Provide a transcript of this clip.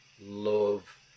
love